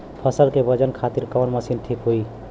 फसल के वजन खातिर कवन मशीन ठीक होखि?